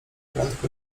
prędko